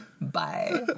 Bye